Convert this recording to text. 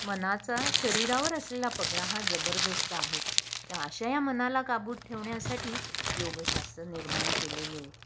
मनाचा शरीरावर असलेला पगडा हा जबरदस्त आहे तर अशा या मनाला काबूत ठेवण्यासाठी योगशास्त्र निर्माण केले गेले